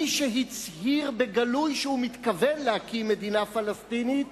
מי שהצהיר בגלוי שהוא מתכוון להקים מדינה פלסטינית